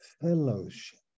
fellowship